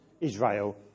Israel